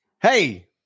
hey